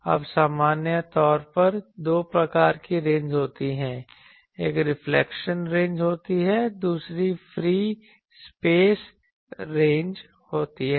अब सामान्य तौर पर दो प्रकार की रेंज होती हैं एक रिफ्लेक्शन रेंज होती है दूसरी फ्री स्पेस रेंज होती है